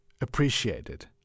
appreciated